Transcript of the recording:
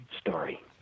story